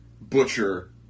Butcher